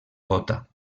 gotha